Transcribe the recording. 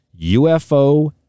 UFO